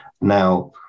now